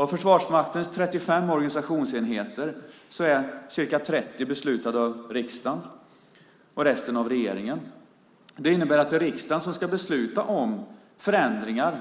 Av Försvarsmaktens 35 organisationsenheter är ca 30 beslutade av riksdagen och resten av regeringen. Det innebär att det är riksdagen som ska besluta om förändringar